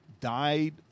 died